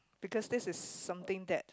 because this is something that